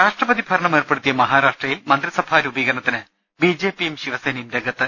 രാഷ്ട്രപതി ഭരണം ഏർപ്പെടുത്തിയ മഹാരാഷ്ട്രയിൽ മന്ത്രിസഭാ രൂപീകരണ ത്തിന് ബി ജെ പിയും ശിവസേനയും രംഗത്ത്